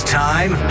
time